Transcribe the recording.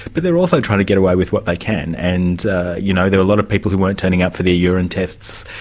but they're also trying to get away with what they can, and you know there are a lot of people who weren't turning up for their urine tests,